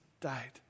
died